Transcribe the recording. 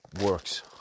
works